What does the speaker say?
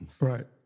Right